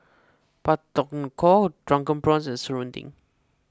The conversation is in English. Pak Thong Ko Drunken Prawns and Serunding